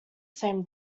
same